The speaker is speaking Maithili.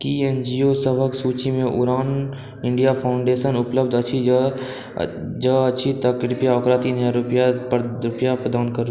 की एन जी ओ सभक सूचीमे उड़ान इण्डिया फॉउण्डेशन उपलब्ध अछि जँ अछि तऽ कृपया ओकरा तीन हजार रुपैया प्रदान करू